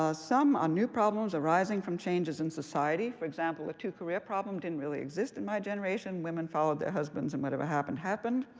ah some ah new problems arising from changes in society, for example, the two-career problem didn't really exist in my generation. women followed their husbands, and whatever happened happened.